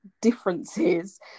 differences